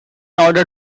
order